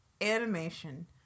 animation